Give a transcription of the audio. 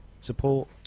support